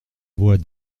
voit